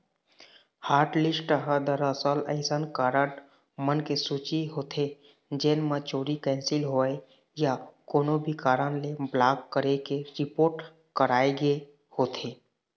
hotlist ह दरअसल अइसन कारड मन के सूची होथे जेन म चोरी, कैंसिल होए या कोनो भी कारन ले ब्लॉक करे के रिपोट कराए गे होथे